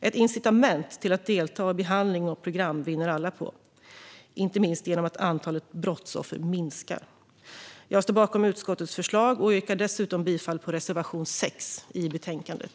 Ett incitament till att delta i behandling och program vinner alla på, inte minst genom att antalet brottsoffer minskar. Jag står bakom utskottets förslag och yrkar dessutom bifall till reservation 6 i betänkandet.